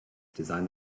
design